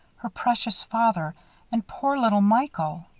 her precious father and poor little michael!